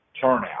turnout